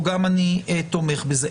גם אני תומך בזה.